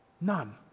None